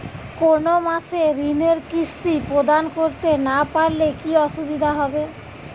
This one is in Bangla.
কোনো মাসে ঋণের কিস্তি প্রদান করতে না পারলে কি অসুবিধা হবে?